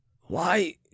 Why